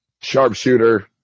sharpshooter